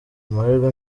amahirwe